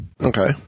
Okay